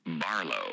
Barlow